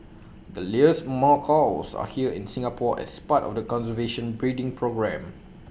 the Lear's macaws are here in Singapore as part of the conservation breeding programme